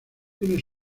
tiene